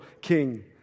King